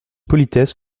politesse